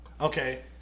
Okay